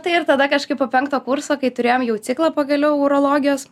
tai ir tada kažkaip po penkto kurso kai turėjom jau ciklą pagaliau urologijos